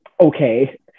okay